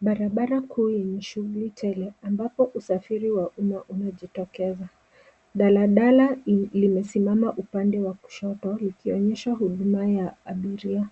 Barabara kuu yenye shughuli tele ambapo usafiri wa umma umejitokeza. Daladala limesimama upande wa kushoto likionyesha huduma ya abiria.